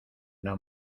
una